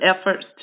efforts